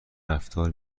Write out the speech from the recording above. رفتار